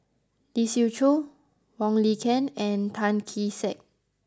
Lee Siew Choh Wong Lin Ken and Tan Kee Sek